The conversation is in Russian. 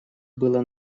было